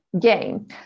game